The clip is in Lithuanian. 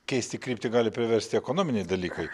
keisti kryptį gali priversti ekonominiai dalykai